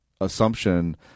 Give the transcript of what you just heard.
assumption